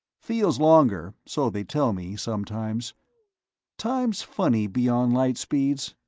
feels longer, so they tell me, sometimes time's funny, beyond light-speeds.